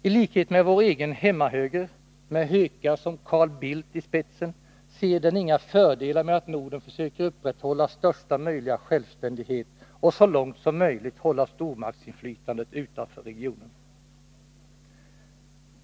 I likhet med vår egen hemmahöger, med hökar som Carl Bildt i spetsen, ser den inga fördelar med att Norden försöker upprätthålla största möjliga självständighet och så långt som möjligt hålla stormaktsinflytandet utanför regionen.